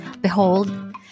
Behold